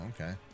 okay